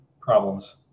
problems